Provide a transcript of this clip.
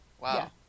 wow